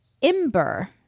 Imber